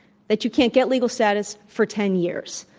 that you can't get legal status for ten years.